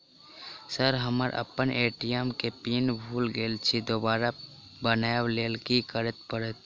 Sir हम अप्पन ATM केँ पिन भूल गेल छी दोबारा बनाबै लेल की करऽ परतै?